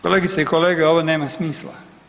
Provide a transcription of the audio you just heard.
Kolegice i kolege ovo nema smisla.